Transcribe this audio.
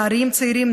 נערים צעירים,